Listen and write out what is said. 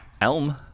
Elm